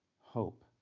hope